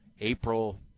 April